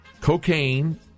cocaine